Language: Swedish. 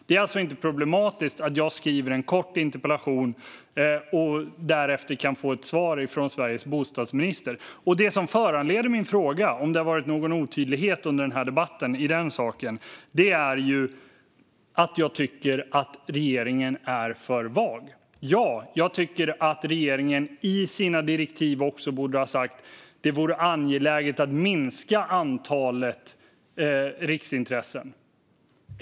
Det är alltså inte problematiskt att jag skriver en kort interpellation och därefter kan få ett svar från Sveriges bostadsminister. Det som föranleder min fråga, om det nu har funnits någon otydlighet i den här debatten gällande den saken, är att jag tycker att regeringen är för vag. Ja, jag tycker att regeringen i sina direktiv borde ha sagt att det är angeläget att minska antalet riksintressen.